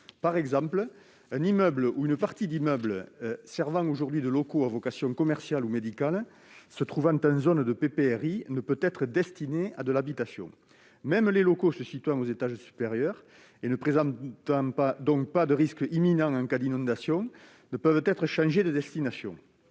Par exemple, un immeuble ou une partie d'immeuble servant de local à vocation commerciale ou médicale et se trouvant en zone PPRI ne peut pas être destiné à de l'habitation. Même les locaux se situant aux étages supérieurs et ne présentant donc pas de risque imminent en cas d'inondation ne peuvent être changés de destination.